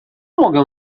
mogę